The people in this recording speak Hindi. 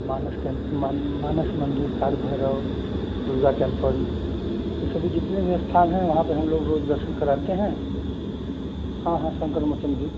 मानस मन मानस मंदिर काल भैरो दुर्गा टेम्पल ये सभी जितने भी स्थान हैं वहाँ पर हम लोग रोज दर्शन कराते हैं हाँ हाँ संकट मोचन भी